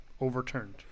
overturned